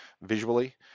visually